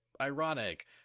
Ironic